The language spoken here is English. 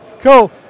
Cool